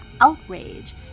outrage